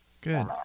Good